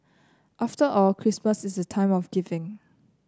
after all Christmas is the time of giving